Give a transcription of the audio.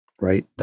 right